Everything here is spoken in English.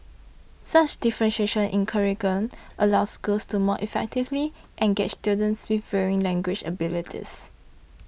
such differentiation in curriculum allows schools to more effectively engage students with varying language abilities